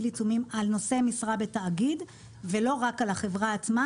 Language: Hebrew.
עיצומים על נושא משרה בתאגיד ולא רק על החברה עצמה,